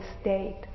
state